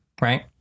right